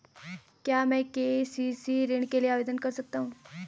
क्या मैं के.सी.सी ऋण के लिए आवेदन कर सकता हूँ?